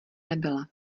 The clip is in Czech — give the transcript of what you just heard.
nebyla